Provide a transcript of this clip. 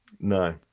no